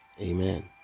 amen